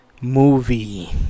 movie